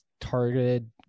targeted